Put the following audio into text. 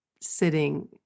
sitting